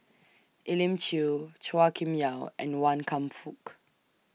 Elim Chew Chua Kim Yeow and Wan Kam Fook